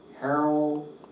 Harold